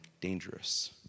dangerous